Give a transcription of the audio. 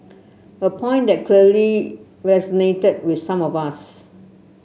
a point that clearly resonated with some of us